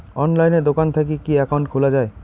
অনলাইনে দোকান থাকি কি একাউন্ট খুলা যায়?